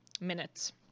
minutes